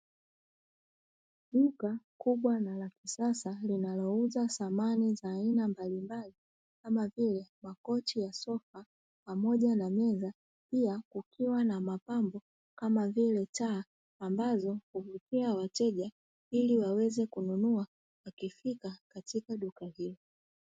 Duka kubwa na la kisasa linalouza samani za aina mbalimbali, kama vile makochi ya sofa pamoja na meza pia kukiwa na mapambo kama vile taa. Ambazo huvutia wateja ili waweze kununua wakifika katika duka hilo.